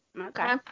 Okay